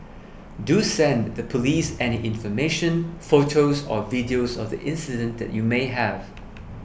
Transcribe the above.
do send the police any information photos or videos of the incident that you may have